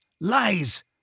Lies